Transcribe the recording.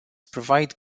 provide